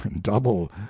double